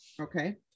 Okay